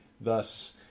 Thus